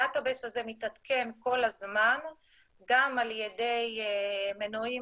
הדאטה בייס הזה מתעדכן כל הזמן גם על ידי מנויים